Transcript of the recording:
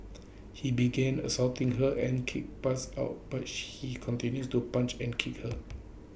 he began assaulting her and keep passed out but she he continues to punch and kick her